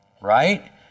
Right